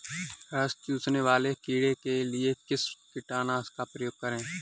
रस चूसने वाले कीड़े के लिए किस कीटनाशक का प्रयोग करें?